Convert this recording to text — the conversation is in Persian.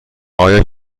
آیا